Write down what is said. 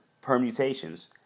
permutations